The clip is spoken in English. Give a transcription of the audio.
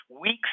weeks